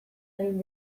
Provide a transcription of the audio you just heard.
egin